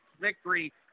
victory